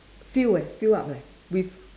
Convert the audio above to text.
fill eh fill up leh with